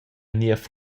niev